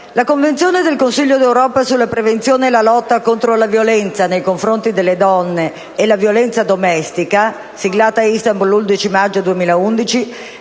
la Convenzione del Consiglio d'Europa sulla prevenzione e la lotta contro la violenza nei confronti delle donne e la violenza domestica, siglata a Istanbul 1'11 maggio 2011,